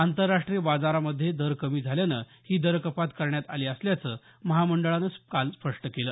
आंतरराष्ट्रीय बाजारामध्ये दर कमी झाल्याने ही दरकपात करण्यात आली असल्याचं महामंडळानं काल स्पष्ट केलं